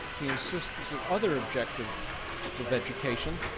he insisted that other objectives so of education,